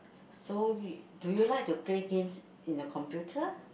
so y~ do you like to play games in the computer